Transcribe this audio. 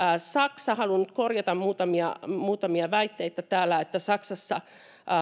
saksa haluan korjata muutamia muutamia väitteitä täällä että saksassa